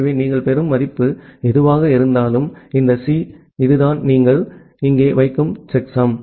எனவே நீங்கள் பெறும் மதிப்பு எதுவாக இருந்தாலும் இந்த சி இதுதான் நீங்கள் இங்கே வைக்கும் செக்ஸம்